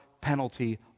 penalty